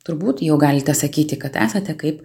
turbūt jau galite sakyti kad esate kaip